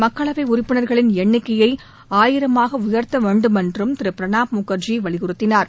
மக்களவை உறுப்பினர்களின் எண்ணிக்கையை ஆயிரமாக உயர்த்த வேண்டுமென்றும் திரு பிரணாப் முகர்ஜி வலியுறுத்தினார்